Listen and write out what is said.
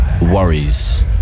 worries